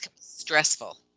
stressful